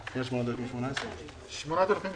גם ככה חסרים לכם תקציבים